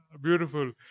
beautiful